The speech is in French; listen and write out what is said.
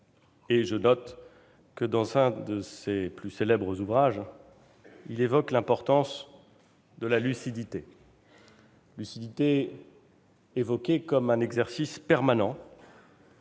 de Marc Bloch. Dans un de ses plus célèbres ouvrages, il évoque l'importance de la lucidité, lucidité évoquée comme un exercice permanent